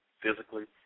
physically